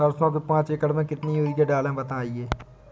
सरसो के पाँच एकड़ में कितनी यूरिया डालें बताएं?